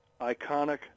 iconic